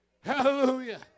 Hallelujah